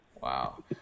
Wow